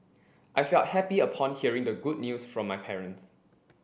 I felt happy upon hearing the good news from my parents